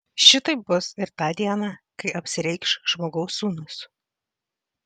šitaip bus ir tą dieną kai apsireikš žmogaus sūnus